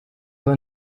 were